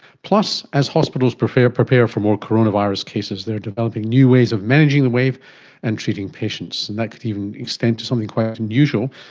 plus as hospitals prepare prepare for more coronavirus cases, they are developing new ways of managing the wave and treating patients, and that could even extend to something quite unusual,